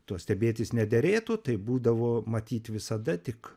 tuo stebėtis nederėtų taip būdavo matyt visada tik